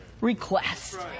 request